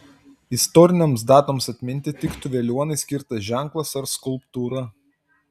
istorinėms datoms atminti tiktų veliuonai skirtas ženklas ar skulptūra